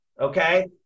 okay